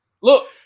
Look